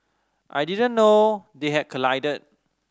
I didn't know they had collided